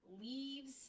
leaves